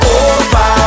over